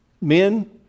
men